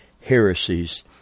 heresies